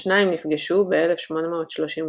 השניים נפגשו ב-1832,